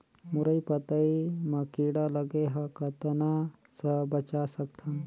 मुरई पतई म कीड़ा लगे ह कतना स बचा सकथन?